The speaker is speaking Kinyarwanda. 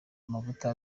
amavuta